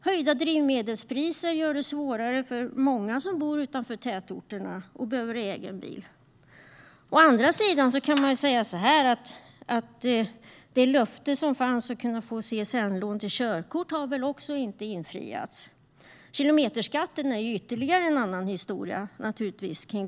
Höjda drivmedelspriser gör det svårare för många som bor utanför tätorterna och behöver egen bil. Å andra sidan har inte heller löftet om att kunna få CSN-lån till körkort infriats. Kilometerskatten är naturligtvis ytterligare en annan historia.